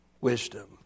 wisdom